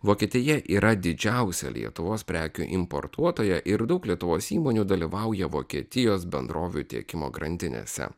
vokietija yra didžiausia lietuvos prekių importuotoja ir daug lietuvos įmonių dalyvauja vokietijos bendrovių tiekimo grandinėse